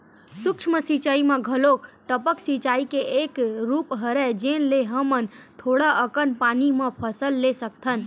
सूक्ष्म सिचई म घलोक टपक सिचई के एक रूप हरय जेन ले हमन थोड़ा अकन पानी म फसल ले सकथन